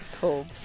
Cool